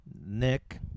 Nick